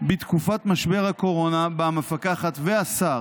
בתקופת משבר הקורונה, שבה המפקחת והשר